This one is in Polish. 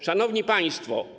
Szanowni Państwo!